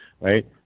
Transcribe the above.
right